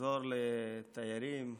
נחזור לתיירים,